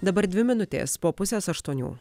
dabar dvi minutės po pusės aštuonių